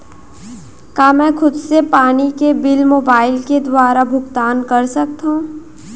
का मैं खुद से पानी के बिल मोबाईल के दुवारा भुगतान कर सकथव?